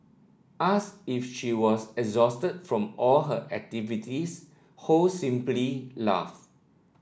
ask if she was exhausted from all her activities Ho simply laughed